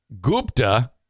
Gupta